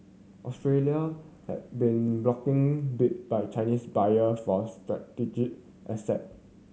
Australia has been blocking bid by Chinese buyer for strategic asset